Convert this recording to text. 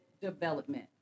development